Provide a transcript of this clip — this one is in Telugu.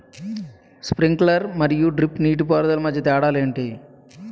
స్ప్రింక్లర్ మరియు డ్రిప్ నీటిపారుదల మధ్య తేడాలు ఏంటి?